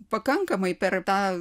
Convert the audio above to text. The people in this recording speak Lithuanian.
pakankamai per tą